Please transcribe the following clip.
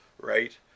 right